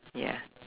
ya